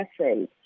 essays